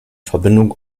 verbindung